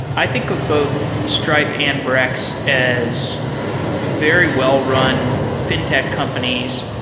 i think of both stripe and brex as very well-run fintech companies